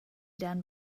done